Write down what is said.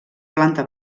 planta